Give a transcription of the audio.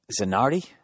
Zanardi